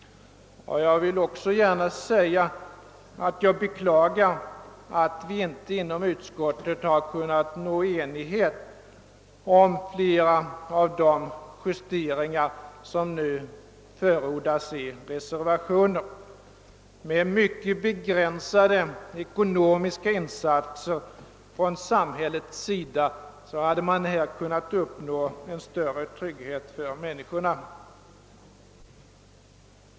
Jag vill också gärna säga att jag beklagar att vi inom utskottet inte har kunnat nå enighet om flera av de justeringar som nu förordas i reservationer. Med mycket begränsade ekonomiska insatser från samhällets sida hade man här kunnat uppnå en större trygghet för människorna.